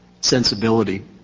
sensibility